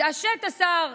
התעשת שר